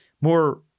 more